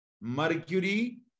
Mercury